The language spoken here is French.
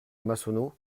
massonneau